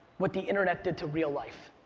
what the internet did to real life.